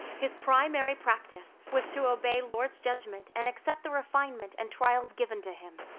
his primary practice was to obey lord's judgment and accept the refinement and trials given to him.